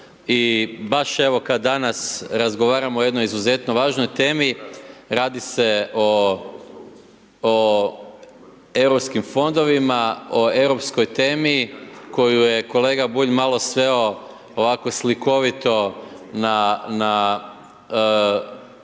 i baš evo, kad danas razgovaramo o izuzetno važnoj temi, radi se o EU fondovima, o europskoj temi, koju je kolega Bulj malo sveo ovako slikovito na